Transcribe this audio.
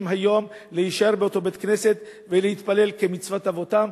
היום להישאר באותו בית-כנסת ולהתפלל כמצוות אבותיהם,